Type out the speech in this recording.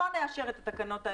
לא נאשר את התקנות האלה.